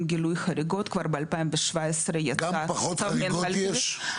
גילוי החריגות כבר ב- 2017. גם פחות חריגות יש?